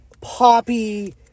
poppy